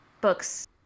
book's